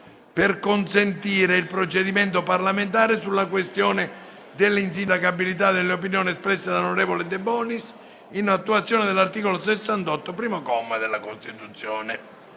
per consentire il procedimento parlamentare sulla questione dell'insindacabilità delle opinioni espresse dall'onorevole De Bonis, in attuazione dell'articolo 68, primo comma, della Costituzione.